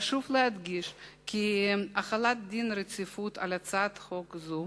חשוב להדגיש כי החלת דין רציפות על הצעת חוק זו